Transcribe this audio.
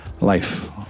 Life